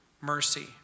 mercy